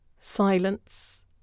silence